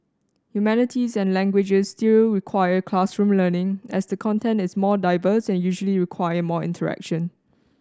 humanities and languages still require classroom learning as the content is more diverse and usually require more interaction